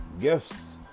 Gifts